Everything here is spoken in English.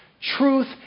truth